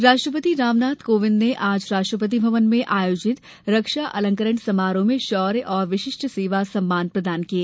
शौर्य सम्मान राष्ट्रपति रामनाथ कोविंद ने आज राष्ट्रपति भवन में आयोजित रक्षा अलंकरण समारोह में शौर्य और विशिष्ट सेवा सम्मान प्रदान किए